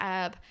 app